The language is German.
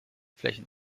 flächen